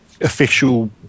official